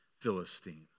Philistine